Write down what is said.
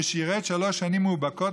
ששירת שלוש שנים מאובקות,